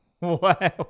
Wow